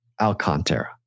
Alcantara